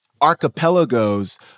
archipelagos